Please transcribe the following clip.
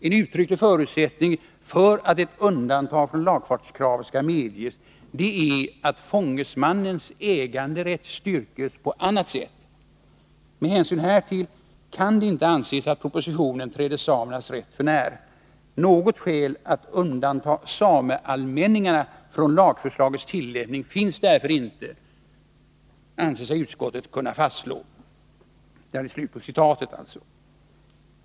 En uttrycklig förutsättning för att ett undantag från lagfartskravet skall kunna medges är att fångesmannens äganderätt styrks på annat sätt. Med hänsyn härtill kan det inte anses att propositionen träder samernas rätt för när. Något skäl att undanta sameallmänningarna från lagförslagets tillämpning finns därför inte.” Detta anser sig utskottet sålunda kunna fastslå.